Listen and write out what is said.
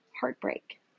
heartbreak